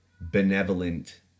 benevolent